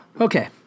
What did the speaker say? Okay